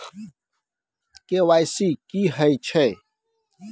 KYC की हय छै?